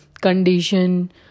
condition